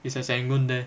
it's at serangoon there